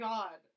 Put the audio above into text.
God